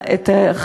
אז נכון,